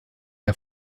der